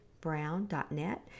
brown.net